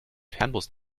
fernbus